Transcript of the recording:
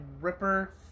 Ripper